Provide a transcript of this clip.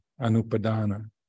anupadana